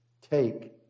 take